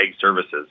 Services